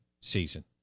season